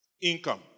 income